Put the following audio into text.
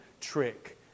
trick